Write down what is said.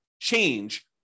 change